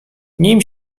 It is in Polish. nim